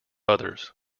others